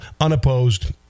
unopposed